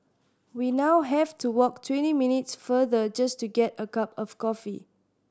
we now have to walk twenty minutes further just to get a cup of coffee